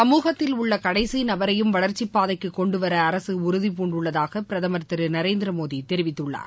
சமூகத்தில் உள்ள கடைசி நபரையும் வளர்ச்சிப்பாதைக்கு கொண்டுவர அரசு உறுதிபூண்டுள்ளதாக பிரதமர் திரு நரேந்திரமோடி தெரிவித்துள்ளார்